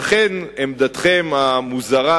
לכן עמדתכם המוזרה,